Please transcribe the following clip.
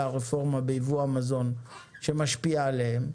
הרפורמה בייבוא המזון שמשפיעים עליהם,